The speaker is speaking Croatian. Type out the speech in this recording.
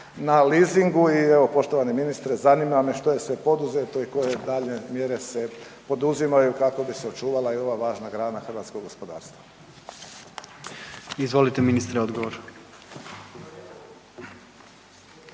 na lizingu. I evo poštovani ministre zanima me što je sve poduzeto i koje se daljnje mjere poduzimaju kako bi se očuvala i ova važna grana hrvatskog gospodarstva? **Jandroković,